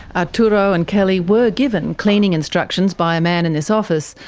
arturo and kelly were given cleaning instructions by a man in this office,